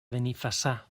benifassà